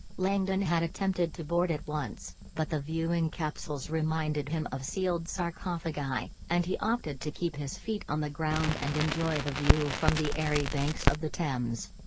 langdon had attempted to board it once, but the viewing capsules reminded him of sealed sarcophagi, and he opted to keep his feet on the ground and enjoy the view from the airy banks of the thames.